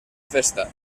festa